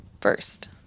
First